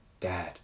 Dad